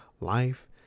Life